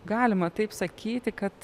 galima taip sakyti kad